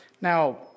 Now